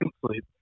sleep